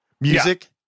Music